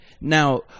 now